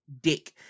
dick